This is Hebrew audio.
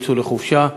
יצאו לחופשה.